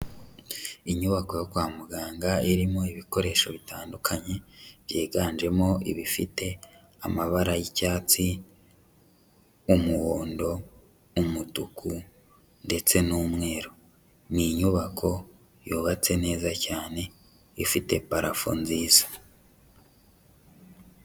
Inyubako yo kwa muganga irimo ibikoresho bitandukanye byiganjemo ibifite amabara y'icyatsi, umuhondo, umutuku ndetse n'umweru, ni inyubako yubatse neza cyane ifite parafo nziza.